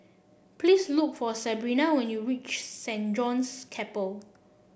please look for Sebrina when you reach Saint John's Chapel